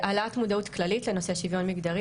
העלאת מודעות כללית לנושא שוויון מגדרי